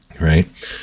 Right